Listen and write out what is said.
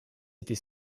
était